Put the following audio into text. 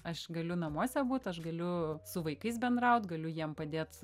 aš galiu namuose būt aš galiu su vaikais bendraut galiu jiem padėt